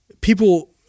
people